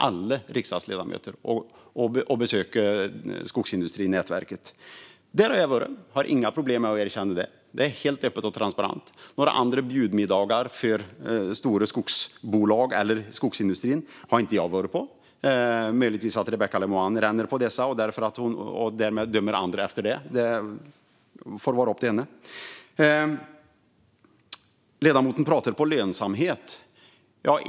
Alla riksdagsledamöter kan besöka skogsindustrinätverket. Där har jag varit, det har jag inga problem med att erkänna. Det är helt öppet och transparent. Några andra bjudmiddagar för stora skogsbolag eller skogsindustrin har jag inte varit på. Möjligtvis ränner Rebecka Le Moine på dessa och dömer därmed andra efter sig själv. Det får vara upp till henne. Ledamoten pratar om lönsamhet.